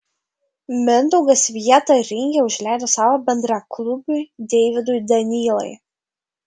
mindaugas vietą ringe užleido savo bendraklubiui deividui danylai